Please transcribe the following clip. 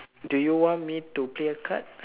do you want me to play a card